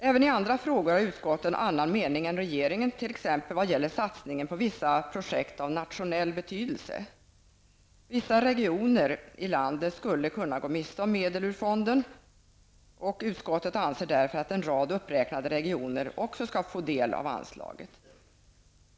Även i andra frågor har utskottet en annan mening än regeringen, t.ex. när det gäller satsningen på vissa projekt av nationell betydelse. Vissa regioner i landet skulle kunna gå miste om medel ur fonden. Utskottet anser därför att en rad uppräknade regioner också skall få del av anslaget.